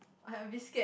I a bit scared